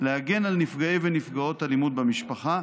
להגן על נפגעי ונפגעות אלימות במשפחה,